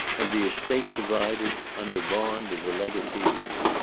and the estate divided, under bond of the legatees.